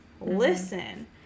listen